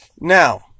Now